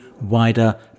wider